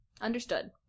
Understood